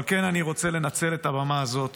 אבל אני רוצה לנצל את הבמה הזאת